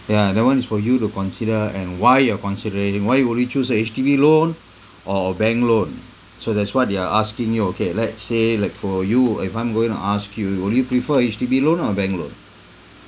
ya that one is for you to consider and why you're considering why you only choose a H_D_B loan or or bank loan so that's what they are asking you okay let's say like for you if I am going to ask you will you prefer H_D_B loan or bank loan